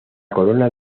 corona